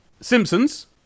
Simpsons